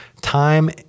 time